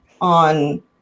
on